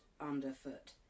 underfoot